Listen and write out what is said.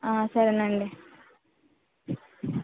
సరేనండి